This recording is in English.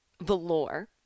velour